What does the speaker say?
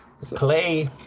clay